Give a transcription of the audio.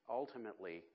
ultimately